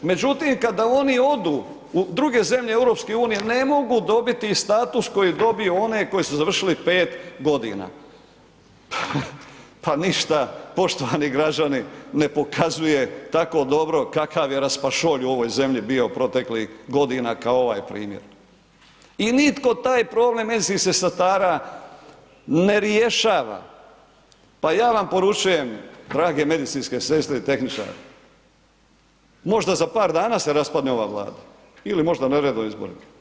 Međutim, kada oni odu u druge zemlje EU ne mogu dobiti status koji je dobio onaj koji su završili 5.g., pa ništa poštovani građani ne pokazuje tako dobro kakav je raspašoj u ovoj zemlji bio proteklih godina kao ovaj primjer i nitko taj problem medicinskih sestara ne rješava, pa ja vam poručujem drage medicinske sestre i tehničari, možda za par dana se raspadne ova Vlada ili možda … [[Govornik se ne razumije]] o izborima.